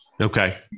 Okay